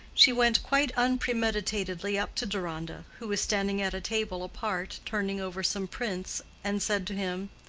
she went quite unpremeditatedly up to deronda, who was standing at a table apart, turning over some prints, and said to him,